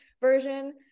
version